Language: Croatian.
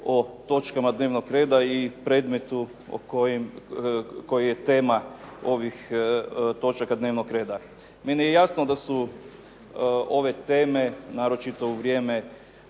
o točkama dnevnog reda i predmetu koji je tema ovih točaka dnevnog reda. Meni je jasno da su ove teme, naročito u vrijeme